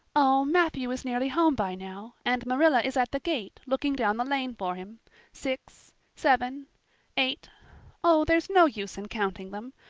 oh, matthew is nearly home by now and marilla is at the gate, looking down the lane for him six seven eight oh, there's no use in counting them!